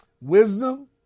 Wisdom